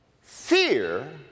fear